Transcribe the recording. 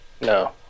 no